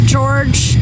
George